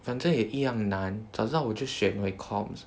反正也一样难早知道我就选回 comms